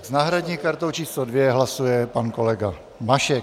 S náhradní kartou číslo 2 hlasuje pan kolega Mašek.